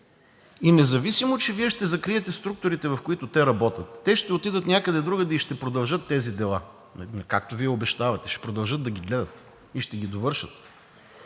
И независимо че Вие ще закриете структурите, в които работят, те ще отидат някъде другаде и ще продължат тези дела, както Вие обещавате, ще продължат да ги гледат и ще ги довършат.